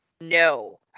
No